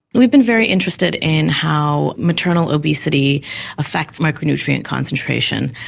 we've been very interested in how maternal obesity affects micronutrient concentration.